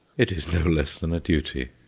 it is no less than a duty.